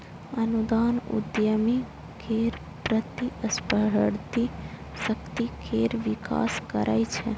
अनुदान उद्यमी केर प्रतिस्पर्धी शक्ति केर विकास करै छै